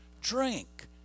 drink